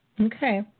Okay